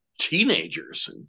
teenagers